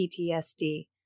PTSD